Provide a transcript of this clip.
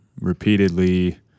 repeatedly